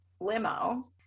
limo